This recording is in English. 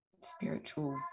spiritual